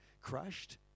crushed